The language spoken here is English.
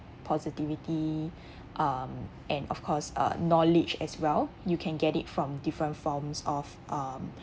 positivity um and of course uh knowledge as well you can get it from different forms of um